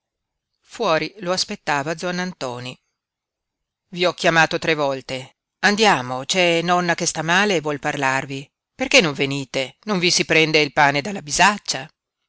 fuori lo aspettava uannantoni i ho chiamato tre volte andiamo c'è nonna che sta male e vuol parlarvi perché non venite non vi si prende il pane dalla bisaccia